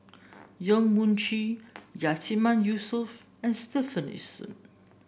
Yong Mun Chee Yatiman Yusof and Stefanie Sun